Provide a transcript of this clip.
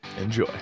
Enjoy